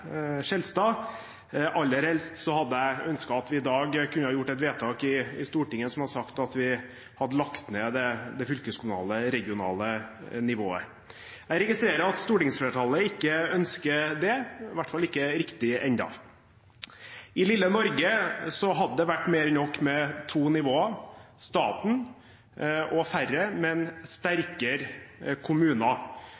Skjelstad. Aller helst hadde jeg ønsket at vi i dag kunne ha gjort et vedtak i Stortinget som hadde sagt at vi hadde lagt ned det fylkeskommunale, regionale nivået. Jeg registrerer at stortingsflertallet ikke ønsker det, i hvert fall ikke riktig ennå. I lille Norge hadde det vært mer enn nok med to nivåer – staten og færre, men